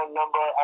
number